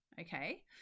Okay